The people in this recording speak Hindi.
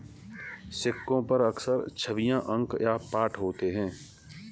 सिक्कों पर अक्सर छवियां अंक या पाठ होते हैं